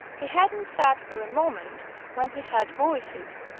he hadn't sat for a moment when he heard voices.